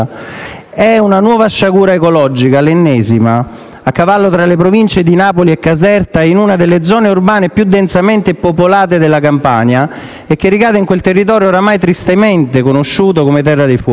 È una nuova sciagura ecologica, l'ennesima, a cavallo tra le province di Napoli e Caserta, in una delle zone urbane più densamente popolate della Campania e che ricade in quel territorio oramai tristemente conosciuto come Terra dei Fuochi.